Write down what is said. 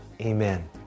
amen